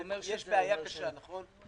יש בעיה קשה, נכון?